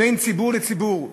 בין ציבור לציבור.